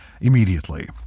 immediately